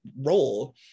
role